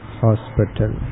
hospital